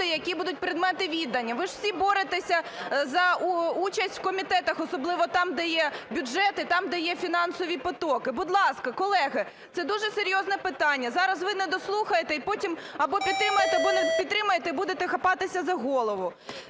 які будуть предмети відання. Ви ж всі боретеся за участь в комітетах, особливо там, де є бюджет, і там, де є фінансові потоки. Будь ласка, колеги, це дуже серйозне питання! Зараз ви недослухаєте, і потім або підтримаєте, або не підтримаєте, і будете хапатися за голову.